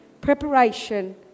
preparation